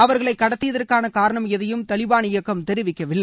அவர்களை கடத்தியதற்கான காரணம் எதையும் தாலிபாள் இயக்கம் தெரிவிக்கவில்லை